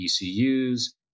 ECUs